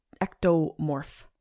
ectomorph